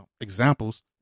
examples